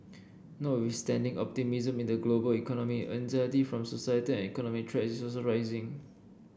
notwithstanding optimism in the global economy anxiety from societal and economic threats is also rising